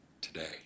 today